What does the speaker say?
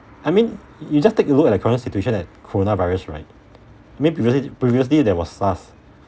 I mean you just take a look at the current situation that corona virus right I mean previously previously there was SARS